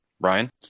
ryan